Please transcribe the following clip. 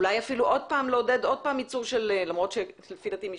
אולי עוד פעם לעודד ייצור של למרות שלפי דעתי למי